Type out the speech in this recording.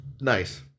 nice